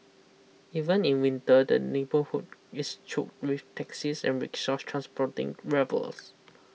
even in winter the neighbourhood is choked with taxis and rickshaws transporting revellers